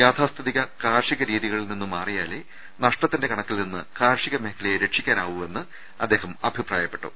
യാഥാസ്ഥിതിക കാർഷിക രീതിക ളിൽ നിന്ന് മാറിയാലേ നഷ്ടത്തിന്റെ കണക്കിൽ നിന്ന് കാർഷിക മേഖലയെ രക്ഷിക്കാനാകൂ എന്ന് അദ്ദേഹം അഭിപ്രായപ്പെട്ടു